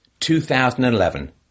2011